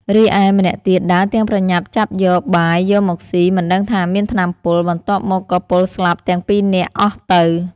រីឯម្នាក់ទៀតដើរទាំងប្រញាប់ចាប់យក បាយយកមកស៊ីមិនដឹងថាមានថ្នាំពុលបន្ទាប់មកក៏ពុលស្លាប់ទាំងពីរនាក់អស់ទៅ។